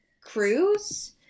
cruise